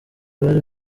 bari